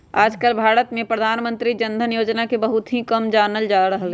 आजकल भारत में प्रधानमंत्री जन धन योजना के बहुत ही कम जानल जा रहले है